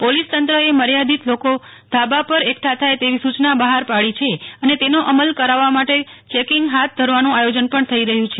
police તંત્રએ મર્યાદિત લોકો ધાબા પર એકઠા થાય તેવી સૂચના બહાર પડી છે અને તેનો અમલ કરાવવા માટે કાલે ચેકિંગ હાથ ધરવાનો આયોજન પણ થઈ રહયું છે